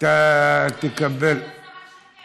למה, ישנה פה השרה שקד.